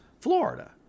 Florida